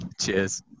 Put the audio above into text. Cheers